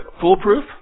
foolproof